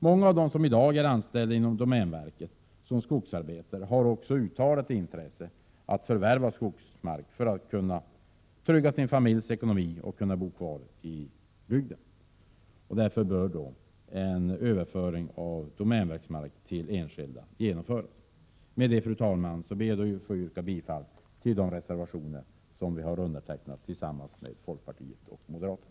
Många av dem som i dag är anställda inom domänverket som skogsarbetare har uttalat intresse för att förvärva skogsmark för att därigenom trygga sin familjs ekonomi och kunna bo kvar i bygden. Därför bör en överföring av domänverkets mark till enskilda genomföras. Med detta ber jag, fru talman, att få yrka bifall till de reservationer vi har undertecknat tillsammans med folkpartiet och moderaterna.